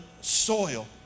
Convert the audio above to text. soil